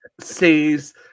sees